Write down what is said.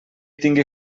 tingui